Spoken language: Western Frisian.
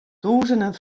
tûzenen